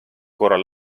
korral